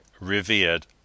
revered